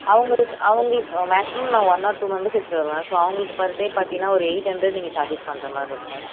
அவங்களுக்கு அவங்களுக்கு மேக்ஸிமம் நான் ஒன் ஆர் டூ மெம்பர்ஸ் எடுத்துகிட்டு வருவேன் ஸோ அவங்களுக்கு பெர் டே பார்த்திங்கனா ஒரு எயிட் ஹண்ட்ரட் நீங்கள் சார்ஜஸ் பண்ணுற மாதிரி இருக்கும்